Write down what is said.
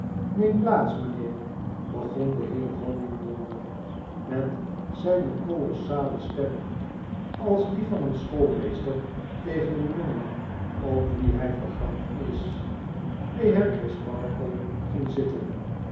neem plaats mynheer begon de heer honigdonder met zijne kolossale stem als die van een schoolmeester tegeneenjongenop wien hg vergramd is de heer orisparkle ging zitten